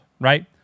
right